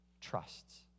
trusts